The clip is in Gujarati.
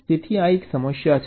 તેથી આ એક સમસ્યા છે